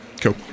Cool